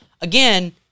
again